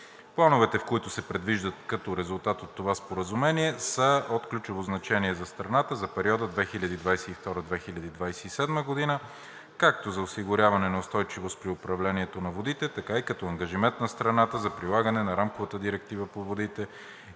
Плановете, които се предвиждат като резултат от това Споразумение, са от ключово значение за страната за периода 2022 – 2027 г. – както за осигуряване на устойчивост при управлението на водите, така и като ангажимент на страната за прилагане на Рамковата директива за водите